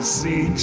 see